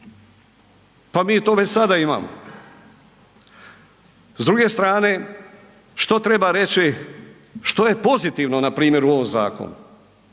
Pa to već sada imamo. S druge strane što treba reći što je pozitivno npr. u ovom zakonu,